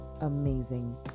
amazing